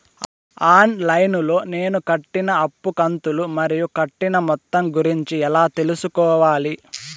On line లో నేను కట్టిన అప్పు కంతులు మరియు కట్టిన మొత్తం గురించి ఎలా తెలుసుకోవాలి?